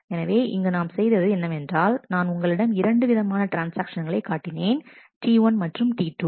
எனவே இங்கு நாம் செய்தது என்னவென்றால் நான் உங்களிடம் இரண்டு விதமான ட்ரான்ஸ்ஆக்ஷன்களை காட்டினேன் T1 மற்றும் T2